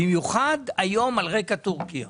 במיוחד היום על רקע טורקיה.